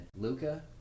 Luca